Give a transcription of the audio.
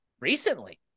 recently